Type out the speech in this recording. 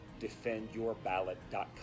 defendyourballot.com